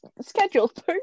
scheduled